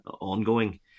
ongoing